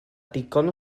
digon